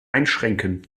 einschränken